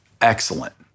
excellent